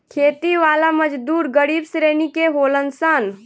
खेती वाला मजदूर गरीब श्रेणी के होलन सन